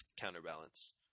counterbalance